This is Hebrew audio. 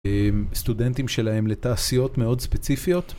סטודנטים שלהם לתעשיות מאוד ספציפיות.